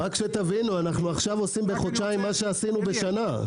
אנחנו עכשיו עושים בחודשיים מה שעשינו בשנה.